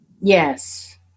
Yes